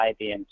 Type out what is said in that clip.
IBM